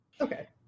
Okay